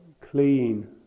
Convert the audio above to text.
clean